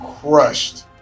crushed